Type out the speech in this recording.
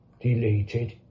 deleted